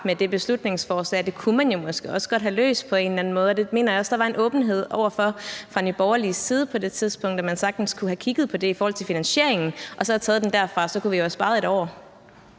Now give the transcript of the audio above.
med det beslutningsforslag. Det kunne man jo måske også godt have løst på en eller anden måde, og det mener jeg også at der var en åbenhed over for fra Nye Borgerliges side på det tidspunkt. Man kunne sagtens have kigget på det med finansieringen og så have taget den derfra, og så kunne vi jo have sparet et år.